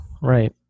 Right